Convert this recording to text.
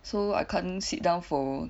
so I can't sit down for